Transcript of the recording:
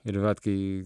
ir vat kai